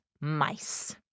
mice